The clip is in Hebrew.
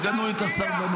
תגנו את הסרבנות.